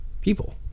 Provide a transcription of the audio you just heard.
people